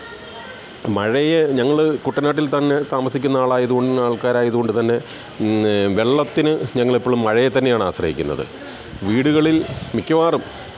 മഴയെ ഞങ്ങൾ കുട്ടനാട്ടിൽ തന്നെ താമസിക്കുന്ന ആളായത് ആൾക്കാരായതുകൊണ്ട് തന്നെ വെള്ളത്തിന് ഞങ്ങളെപ്പോഴും മഴയെ തന്നെയാണ് ആശ്രയിക്കുന്നത് വീടുകളിൽ മിക്കവാറും